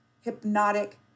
hypnotic